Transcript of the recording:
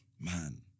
man